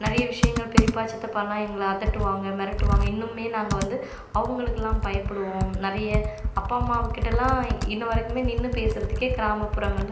நிறைய விஷயங்கள் பெரிப்பா சித்தப்பாலாம் எங்களை அதட்டுவாங்க மிரட்டுவாங்க இன்னுமும் நாங்கள் வந்து அவங்களுக்கெல்லாம் பயப்படுவோம் நிறைய அப்பா அம்மாக்கிட்டலாம் இன்னைவரைக்குமே நின்று பேசுறதுக்கே கிராமப்புறங்களில்